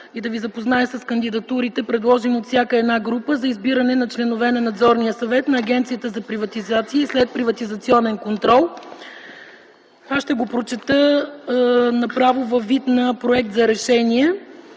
и да Ви запозная с кандидатурите, предложени от всяка една група, за избиране на членове на Надзорния съвет на Агенцията за приватизация и следприватизационен контрол. Ще го прочета във вид на проект за решение: